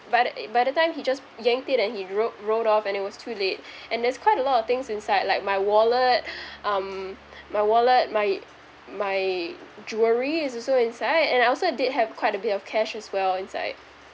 by the by the time he just yanked it and he rode rode off and it was too late and there's quite a lot of things inside like my wallet um my wallet my my jewelry is also inside and I also did have quite a bit of cash as well inside